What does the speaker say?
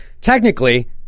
Technically